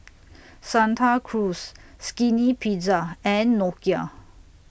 Santa Cruz Skinny Pizza and Nokia